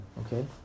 okay